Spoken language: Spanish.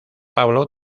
pablo